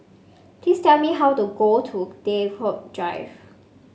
please tell me how to go to Draycott Drive